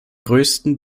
größten